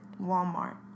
Walmart